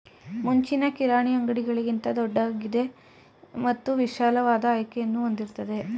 ಮುಂಚಿನ ಕಿರಾಣಿ ಅಂಗಡಿಗಳಿಗಿಂತ ದೊಡ್ದಾಗಿದೆ ಮತ್ತು ವಿಶಾಲವಾದ ಆಯ್ಕೆಯನ್ನು ಹೊಂದಿರ್ತದೆ